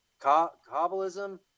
Kabbalism